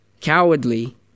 cowardly